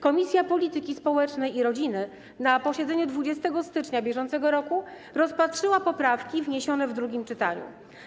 Komisja Polityki Społecznej i Rodziny na posiedzeniu 20 stycznia br. rozpatrzyła poprawki wniesione w drugim czytaniu.